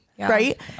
Right